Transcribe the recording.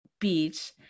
beach